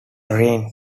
reign